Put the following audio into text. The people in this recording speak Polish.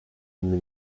inne